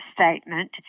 statement